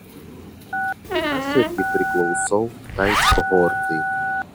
aš irgi priklausau tai kohortai